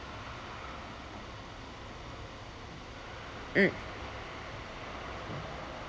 mm